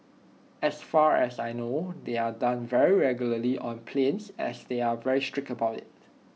as far as I know they are done very regularly on planes as they are very strict about IT